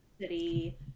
city